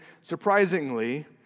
surprisingly